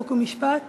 חוק ומשפט